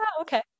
okay